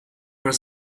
were